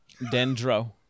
Dendro